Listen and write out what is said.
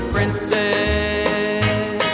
Princess